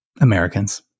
Americans